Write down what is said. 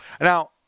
Now